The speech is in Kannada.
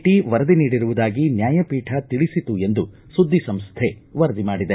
ಟಿ ವರದಿ ನೀಡಿರುವುದಾಗಿ ನ್ಯಾಯಪೀಠ ತಿಳಿಸಿತು ಎಂದು ಸುದ್ದಿಸಂಸ್ಹೆ ವರದಿ ಮಾಡಿದೆ